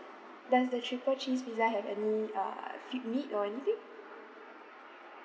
does the triple cheese pizza have any uh feet meat or anything